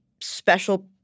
special